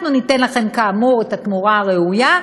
אנחנו ניתן לכם כאמור את התמורה הראויה,